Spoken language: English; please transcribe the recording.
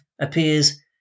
appears